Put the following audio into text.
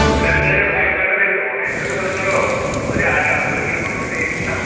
എവിടെ ആണ് അയക്കേണ്ടത് എഡ്രസ്സ് പറഞ്ഞോളൂ ഒരു അര ഒരു മണിക്കൂർ ലേറ്റ് ഉണ്ടാവും